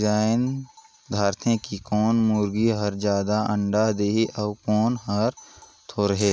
जायन दारथे कि कोन मुरगी हर जादा अंडा देहि अउ कोन हर थोरहें